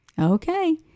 Okay